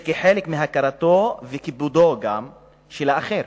זה כחלק מהכרתו, וגם כיבודו, של האחר.